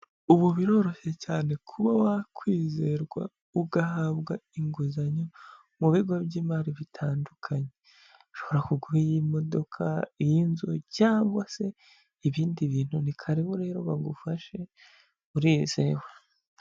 Ubu biroroshye cyane kuba wakwizerwa ugahabwa inguzanyo mu bigo by'imari bitandukanye. Bashobora kuguha iyi modoka, iy'inzu cyangwa se ibindi bintu. Ni karibu rero bagufashe urizewe.